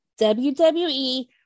WWE